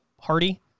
Hardy